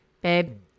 babe